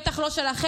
בטח לא שלכם,